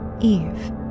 eve